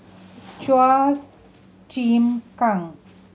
Chua Chim Kang